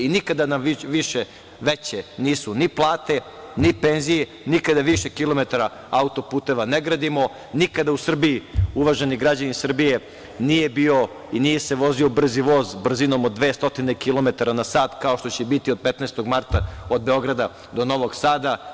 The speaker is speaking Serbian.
I nikada više, veće nisu ni plate, ni penzije, nikada više kilometara auto-puteva ne gradimo, nikada u Srbiji, uvaženi građani Srbije, nije bio i nije se vozio brzi voz, brzinom od dve stotine kilometara na sat, kao što će biti od 15. marta od Beograda do Novog Sada.